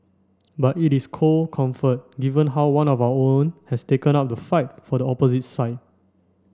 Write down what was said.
but it is cold comfort given how one of our own has taken up the fight for the opposite side